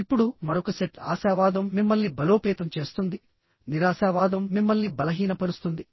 ఇప్పుడు మరొక సెట్ః ఆశావాదం మిమ్మల్ని బలోపేతం చేస్తుంది నిరాశావాదం మిమ్మల్ని బలహీనపరుస్తుంది